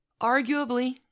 Arguably